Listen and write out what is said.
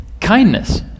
kindness